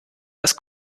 das